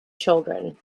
children